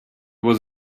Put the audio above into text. was